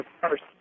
first